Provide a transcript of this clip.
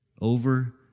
over